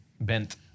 bent